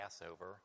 Passover